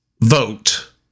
vote